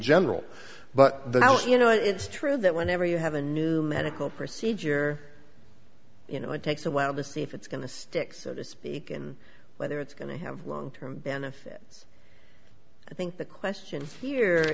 general but the now you know it's true that whenever you have a new medical procedure you know it takes awhile to see if it's going to stick so to speak and whether it's going to have long term benefits i think the question here